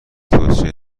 توصیه